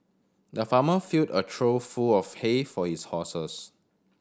the farmer filled a trough full of hay for his horses